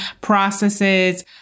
processes